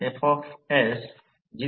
तर ते प्रत्यक्षात 35